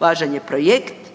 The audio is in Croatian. važan je projekt,